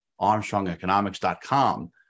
armstrongeconomics.com